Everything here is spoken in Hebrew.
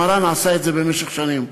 מרן עשה את זה במשך שנים.